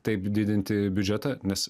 taip didinti biudžetą nes